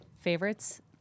favorites